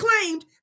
claimed